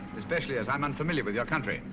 especially as i'm unfamiliar with your country.